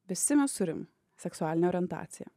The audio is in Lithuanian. visi mes turim seksualinę orientaciją